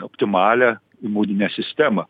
optimalią imuninę sistemą